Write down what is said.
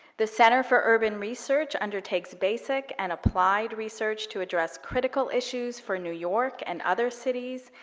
the center for urban research undertakes basic and applied research to address critical issues for new york and other cities,